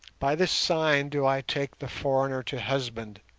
by this sign do i take the foreigner to husband,